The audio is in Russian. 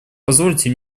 позвольте